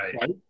right